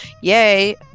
Yay